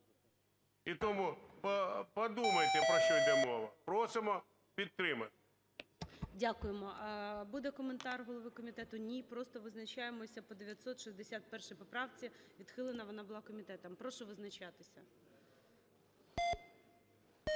І тому подумайте, про що іде мова. Просимо підтримати. ГОЛОВУЮЧИЙ. Дякуємо. Буде коментар голови комітету? Ні. Просто визначаємося по 961 поправці. Відхилена вона була комітетом. Прошу визначатися.